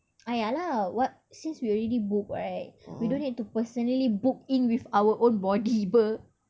ah ya lah since we already book right we don't need to personally book in with our own body [pe]